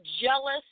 jealous